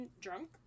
drunk